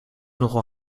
nogal